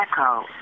echo